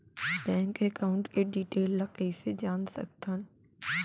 Bank account के detail ल कइसे जान सकथन?